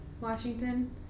washington